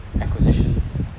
acquisitions